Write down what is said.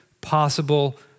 possible